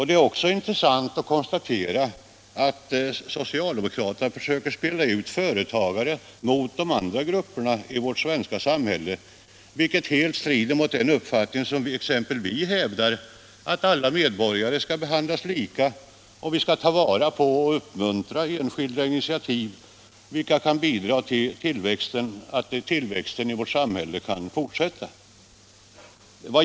Det är också intressant att konstatera att socialdemokraterna försöker spela ut företagare mot de andra grupperna i vårt svenska samhälle, vilket helt strider mot den uppfattning som exempelvis vi har, nämligen att alla medborgare skall behandlas lika och att vi skall ta vara på och uppmuntra enskilda initiativ som kan bidra till att tillväxten i vårt samhälle kan fortsätta.